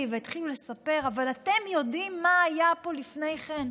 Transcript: והתחילו לספר: אבל אתם יודעים מה היה פה לפני כן?